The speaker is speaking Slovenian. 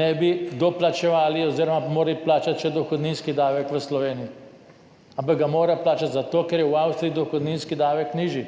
ne bi doplačevali oziroma bi morali plačati še dohodninski davek v Sloveniji. Ampak ga morajo plačati zato, ker je v Avstriji dohodninski davek nižji,